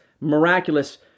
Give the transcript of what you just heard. miraculous